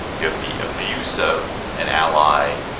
you have the abuse of an ally